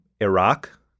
Iraq